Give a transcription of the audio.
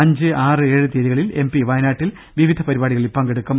അഞ്ച് ആറ് ഏഴ് തീയതികളിൽ എംപി വയ്നാട്ടിൽ വിവിധ പരിപാടികളിൽ പങ്കെടുക്കും